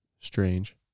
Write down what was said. strange